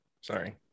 Sorry